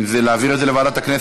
על מה ההצבעה?